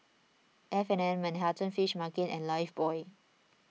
F and N Manhattan Fish Market and Lifebuoy